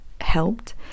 helped